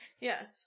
Yes